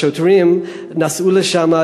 השוטרים נסעו לשם.